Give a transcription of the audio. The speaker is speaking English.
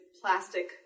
plastic